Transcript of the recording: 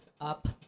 up